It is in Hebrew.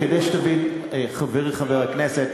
חברי חבר הכנסת,